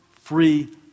free